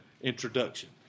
introduction